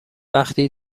وقتی